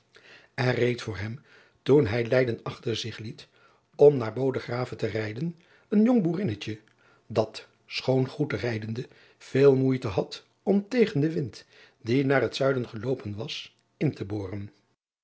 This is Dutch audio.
r reed voor hem toen hij eyden achter zich liet om naar odegraven te rijden een jong boerinnetje dat schoon goed rijdende veel moeite had om tegen den wind die naar het zuiden geloopen was in te boren